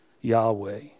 Yahweh